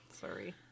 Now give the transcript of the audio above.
Sorry